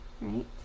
right